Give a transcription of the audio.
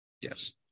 Yes